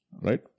Right